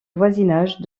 voisinage